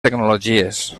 tecnologies